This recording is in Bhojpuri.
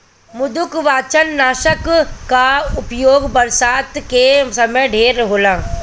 मृदुकवचनाशक कअ उपयोग बरसात के समय ढेर होला